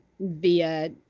via